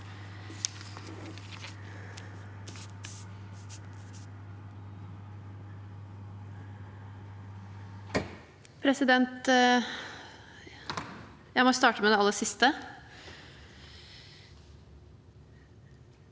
Jeg må starte med det aller siste.